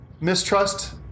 mistrust